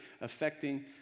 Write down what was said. affecting